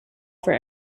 for